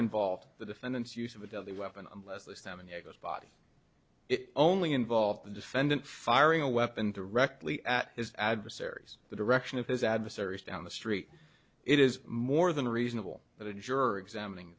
involved the defendant's use of a deadly weapon unless this damning echoes body it only involved the defendant firing a weapon directly at his adversaries the direction of his adversaries down the street it is more than reasonable that a juror examining